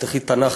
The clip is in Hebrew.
תפתחי תנ"ך,